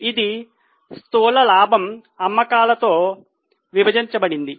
ఇది స్థూల లాభం అమ్మకాలతో విభజించబడింది